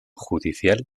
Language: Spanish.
judicial